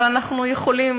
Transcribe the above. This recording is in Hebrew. אבל אנחנו יכולים,